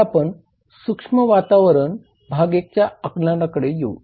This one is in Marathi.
आता आपण सूक्ष्म वातावरण भाग I च्या आकलनाकडे येऊ